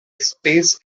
space